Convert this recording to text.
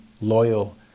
loyal